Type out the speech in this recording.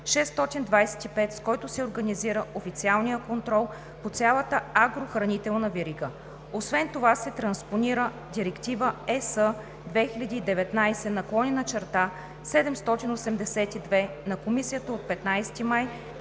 с който се организира официалният контрол по цялата агрохранителна верига. Освен това се транспонира Директива (ЕС) 2019/782 на Комисията от 15 май